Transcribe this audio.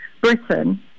Britain